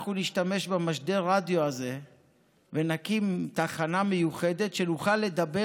אנחנו נשתמש במשדר הרדיו הזה ונקים תחנה מיוחדת שנוכל לדבר